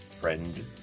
friend